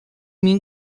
mim